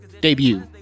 debut